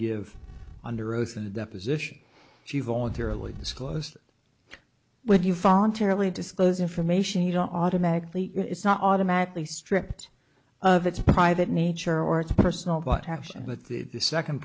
give under oath in a deposition she voluntarily disclosed when you fall entirely disclose information you don't automatically it's not automatically stripped of it's private nature or it's personal but hashing but the second